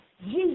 Jesus